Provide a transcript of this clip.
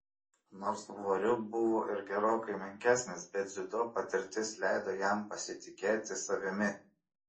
nors svoriu buvo ir gerokai menkesnis bet dziudo patirtis leido jam pasitikėti savimi